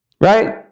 right